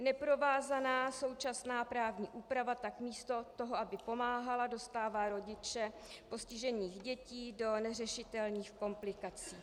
Neprovázaná současná právní úprava tak místo toho, aby pomáhala, dostává rodiče postižených dětí do neřešitelných komplikací.